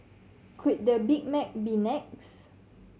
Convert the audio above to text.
could the Big Mac be next